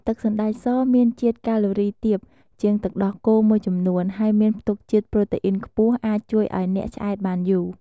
ទឹកសណ្តែកសមានជាតិកាឡូរីទាបជាងទឹកដោះគោមួយចំនួន ហើយមានផ្ទុកជាតិប្រូតេអុីនខ្ពស់អាចជួយឱ្យអ្នកឆ្អែតបានយូរ។